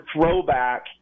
throwback